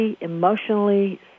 emotionally